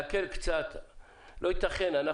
לא ייתכן,